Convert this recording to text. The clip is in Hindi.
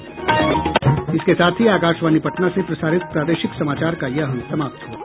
इसके साथ ही आकाशवाणी पटना से प्रसारित प्रादेशिक समाचार का ये अंक समाप्त हुआ